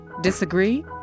Disagree